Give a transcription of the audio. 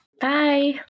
Bye